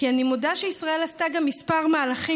כי אני מודה שישראל עשתה את גם כמה מהלכים